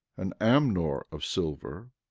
an amnor of silver,